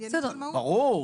עניינים של מהות --- ברור,